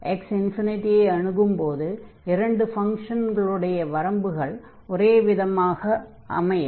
x ∞ ஐ அணுகும் போது இரண்டு ஃபங்ஷன்களுடைய வரம்புகள் ஒரே விதமான அமையும்